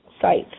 sites